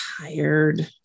tired